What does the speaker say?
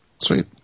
Sweet